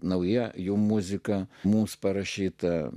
nauja jų muzika mūsų parašyta